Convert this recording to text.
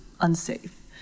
unsafe